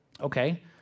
Okay